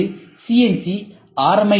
இங்கு CNC R